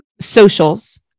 socials